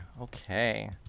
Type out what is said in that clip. okay